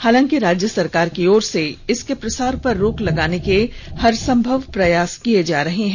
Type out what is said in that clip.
हालांकि राज्य सरकार की ओर से इसके प्रसार पर रोक लगाने के हरसंभव प्रयास किये जा रहे हैं